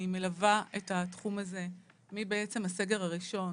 אני מלווה את התחום הזה בעצם מהסגר הראשון,